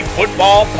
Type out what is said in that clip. Football